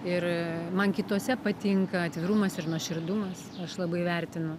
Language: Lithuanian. ir man kituose patinka atvirumas ir nuoširdumas aš labai vertinu